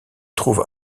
trouve